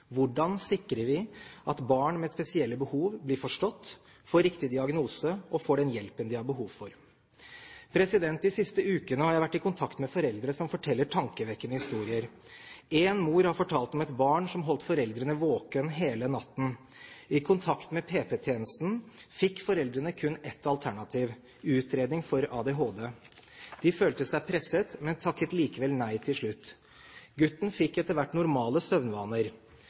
Hvordan sikrer vi at barn med spesielle behov blir forstått, får riktig diagnose og får den hjelpen de har behov for? De siste ukene har jeg vært i kontakt med foreldre som forteller tankevekkende historier. En mor har fortalt om et barn som holdt foreldrene våkne hele natten. I kontakt med PP-tjenesten fikk foreldrene kun ett alternativ: utredning for ADHD. De følte seg presset, men takket likevel nei til slutt. Gutten fikk etter hvert normale